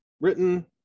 written